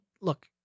look